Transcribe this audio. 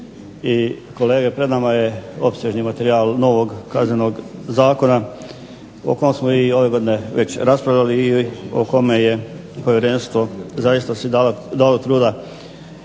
i kolege. Pred nama je opsežni materijal novog Kaznenog zakona o kom smo i ove godine već raspravljali i o kome je povjerenstvo zaista si dao truda